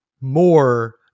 more